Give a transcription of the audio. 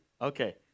Okay